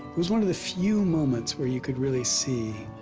was one of the few moments where you could really see